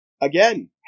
again